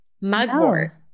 Mugwort